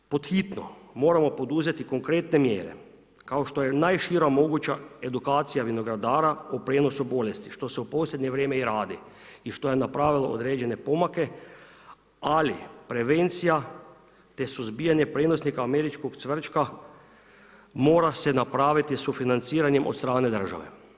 Pod hitno moramo poduzeti konkretne mjere kao što je najšira moguća edukacija vinogradara u prenosu bolesti, što se u posljednje vrijeme i radi i što je napravilo određene pomake, ali prevencija te suzbijanje prinosnika američkog cvrčka, mora se napraviti sufinanciranjem od strane države.